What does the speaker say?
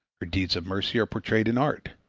her deeds of mercy are portrayed in art.